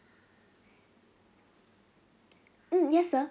mm yes sir